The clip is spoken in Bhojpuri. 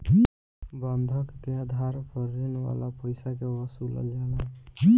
बंधक के आधार पर ऋण वाला पईसा के वसूलल जाला